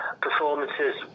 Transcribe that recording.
Performances